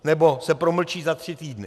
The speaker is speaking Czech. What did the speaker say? Nebo se promlčí za tři týdny.